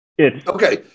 Okay